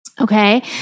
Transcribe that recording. Okay